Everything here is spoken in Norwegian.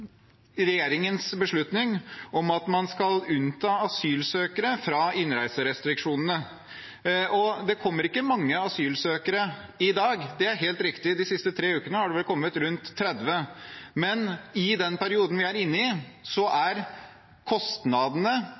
regjeringens beslutning om at man skal unnta asylsøkere fra innreiserestriksjonene. Det kommer ikke mange asylsøkere i dag, det er helt riktig – de siste tre ukene har det vel kommet rundt 30 – men i den perioden vi er inne i, er kostnadene